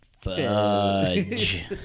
Fudge